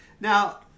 now